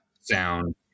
sound